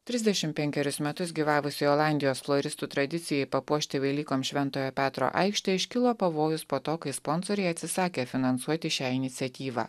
trisdešim penkerius metus gyvavusiai olandijos floristų tradicijai papuošti velykoms šventojo petro aikštę iškilo pavojus po to kai sponsoriai atsisakė finansuoti šią iniciatyvą